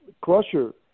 crusher